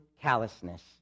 Callousness